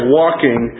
walking